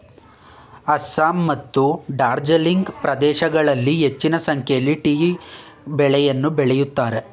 ಅಸ್ಸಾಂ ಮತ್ತು ಡಾರ್ಜಿಲಿಂಗ್ ಪ್ರದೇಶಗಳಲ್ಲಿ ಹೆಚ್ಚಿನ ಸಂಖ್ಯೆಯಲ್ಲಿ ಟೀ ಬೆಳೆಯನ್ನು ಬೆಳಿತರೆ